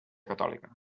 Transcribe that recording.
catòlica